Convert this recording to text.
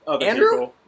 Andrew